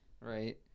Right